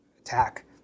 attack